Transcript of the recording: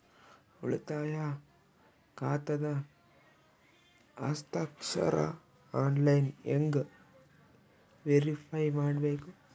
ಉಳಿತಾಯ ಖಾತಾದ ಹಸ್ತಾಕ್ಷರ ಆನ್ಲೈನ್ ಹೆಂಗ್ ವೇರಿಫೈ ಮಾಡಬೇಕು?